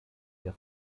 der